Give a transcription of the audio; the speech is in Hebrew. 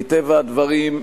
מטבע הדברים,